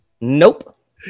Nope